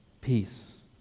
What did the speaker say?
peace